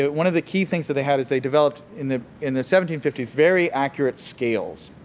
one of the key things that they has is they developed, in the in the seventeen fifty s, very accurate scales.